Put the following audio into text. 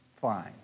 fine